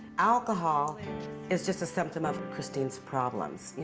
alcohol is just a symptom of cristine's problems. you